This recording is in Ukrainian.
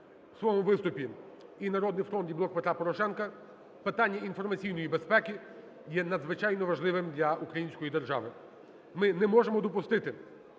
в своєму виступі і "Народний фронт", і "Блок Петра Порошенка", питання інформаційної безпеки є надзвичайно важливим для української держави. Ми не можемо допустити,